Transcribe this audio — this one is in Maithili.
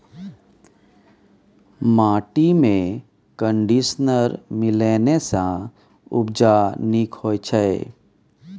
माटिमे कंडीशनर मिलेने सँ उपजा नीक होए छै